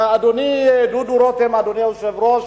אדוני דודו רותם, אדוני היושב-ראש,